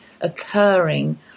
occurring